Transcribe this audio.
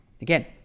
Again